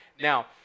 Now